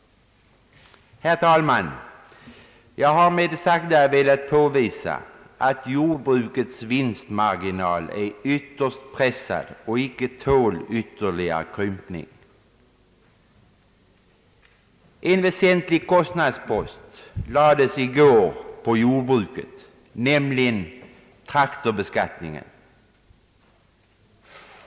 Herr talman! Med vad jag sagt har jag velat påvisa att jordbrukets vinstmarginal är ytterst pressad och inte tål ytterligare krympning. En väsentlig kostnadspost lades i går på jordbruket, nämligen traktorbeskattningen.